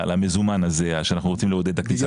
למזומן הזה שאנחנו רוצים לעודד את הכניסה שלו.